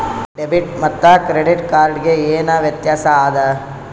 Debit ಮತ್ತ credit card ಗೆ ಏನ ವ್ಯತ್ಯಾಸ ಆದ?